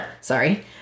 Sorry